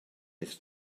eich